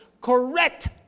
correct